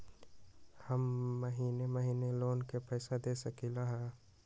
हम महिने महिने लोन के पैसा दे सकली ह?